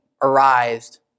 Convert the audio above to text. arised